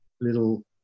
little